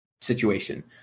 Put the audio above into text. situation